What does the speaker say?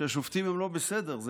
ששופטים הם לא בסדר.